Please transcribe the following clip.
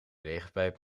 regenpijp